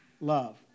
love